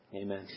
Amen